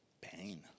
pain